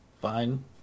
fine